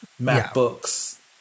MacBooks